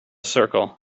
circle